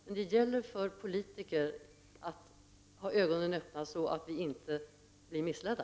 Men det gäller för oss politiker att ha ögonen öppna, så att vi inte blir missledda.